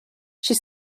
she